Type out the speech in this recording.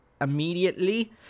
immediately